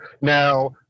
Now